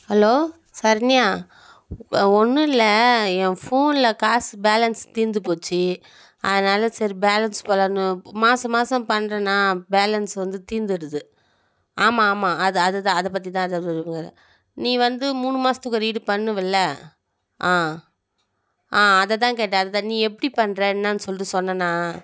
hello Saranya ஒன்றுல்ல என் ஃபோனில் காசு பேலன்ஸ் தீர்ந்துப் போச்சு அதனால் சரி பேலன்ஸ் போடலான்னு மாச மாசம் பண்ணுறேன்னா பேலன்ஸ் வந்து தீர்ந்துடுது ஆமாம் ஆமாம் அது அதுதான் அதை பற்றி தான் சொல்லுங்கள் நீ வந்து மூணு மாசத்துக்கு ஒரு இது பண்ணயில்ல ஆ ஆ அதை தான் கேட்டேன் அதை தான் நீ எப்படி பண்ணுற என்னென்னு சொல்லிட்டு சொன்னனா